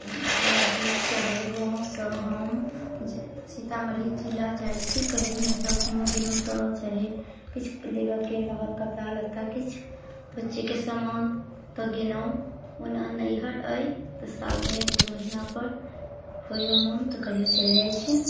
गाँवसँ हम सीतामढ़ी जिला जाइत छी कहियो नैहरोमे गेलहुँ तऽ चाहैत छी किछु लेबऽके रहल कपड़ा लत्ता किछु बच्चेके सामान तऽ गेलहुँ ओना नैहर अइ तऽ सालमे दू महिना पर होइया मन तऽ कहिओ चलि जाइत छियै